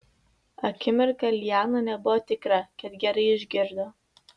akimirką liana nebuvo tikra kad gerai išgirdo